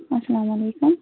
اَسلامُ عَلیکُم